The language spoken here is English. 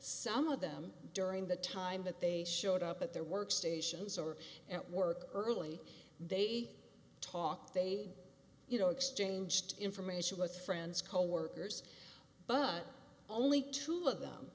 some of them during the time that they showed up at their work stations or at work early they talked they you know exchanged information with friends coworkers but only to love them